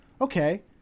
okay